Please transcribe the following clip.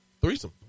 threesome